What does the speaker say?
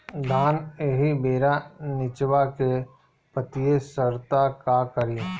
धान एही बेरा निचवा के पतयी सड़ता का करी?